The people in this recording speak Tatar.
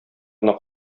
гына